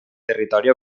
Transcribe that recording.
territori